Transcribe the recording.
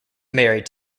married